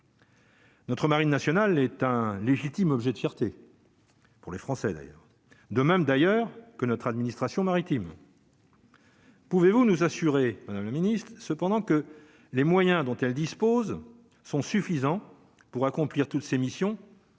Notre Marine nationale un légitime, objet de fierté. Pour les Français d'ailleurs de même d'ailleurs que notre administration maritime. Pouvez-vous nous assurer, Madame le Ministre, cependant que les moyens dont elle dispose sont suffisants pour accomplir toutes ses missions